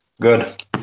Good